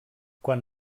quan